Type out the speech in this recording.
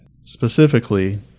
specifically